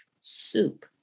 soup